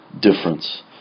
difference